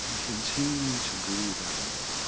continuing to breathe that way,